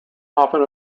often